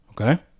okay